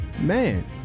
man